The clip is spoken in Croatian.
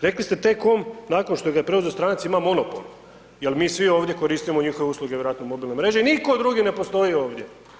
Rekli ste T-COM nakon što ga je preuzeo stranac, ima monopol jer mi svi ovdje koristimo njihove usluge vjerojatno i mobilne mreže i niko drugi ne postoji ovdje.